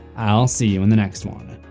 i'll see you in the next one.